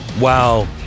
wow